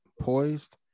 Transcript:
poised